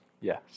Yes